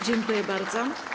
Dziękuję bardzo.